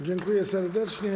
Dziękuję serdecznie.